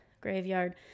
graveyard